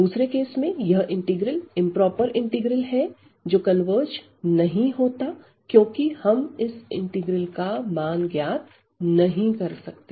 दूसरे केस में यह इंटीग्रल इंप्रोपर इंटीग्रल है जो कन्वर्ज नहीं होता क्योंकि हम इस इंटीग्रल का मान ज्ञात नहीं कर सकते